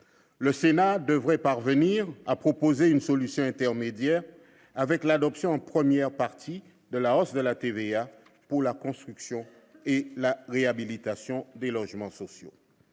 Le Sénat devrait parvenir à proposer une solution intermédiaire, après l'adoption en première partie de la hausse de la TVA sur la construction et la réhabilitation des logements sociaux.